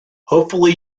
hopefully